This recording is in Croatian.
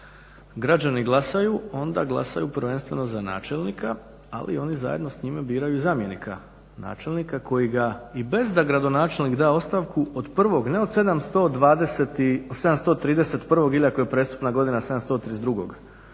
građani glasaju, onda glasaju prvenstveno za načelnika, ali oni zajedno s njime biraju i zamjenika načelnika koji ga, i bez da gradonačelnik da ostavku od prvog, ne od 731., ili ako je prestupna godina 732.